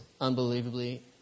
unbelievably